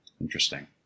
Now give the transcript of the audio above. Interesting